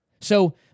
So-